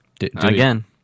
Again